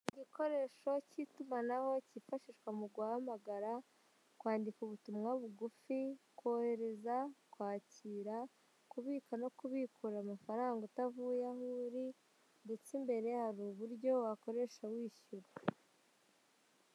Igikoresho cy'itumanaho cyifashishwa mu guhamagara kwandika ubutumwa bugufi, kohereza, kwakira, kubika no kubikura amafaranga utavuye aho uri, ndetse imbere hari uburyo wakoresha wishyura.